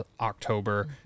October